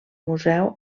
museu